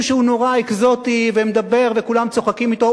שהוא נורא אקזוטי ומדבר וכולם צוחקים אתו.